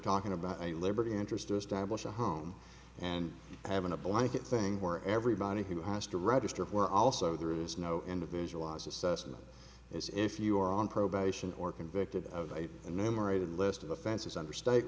talking about a liberty interest to establish a home and having a blanket thing where everybody who has to register for also there is no individual was assessed and is if you are on probation or convicted of a numerated list of offenses under state